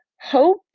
hope